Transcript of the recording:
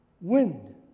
wind